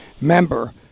member